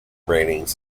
ratings